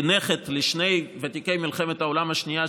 כנכד לשני ותיקי מלחמת העולם השנייה,